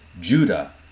Judah